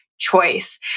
choice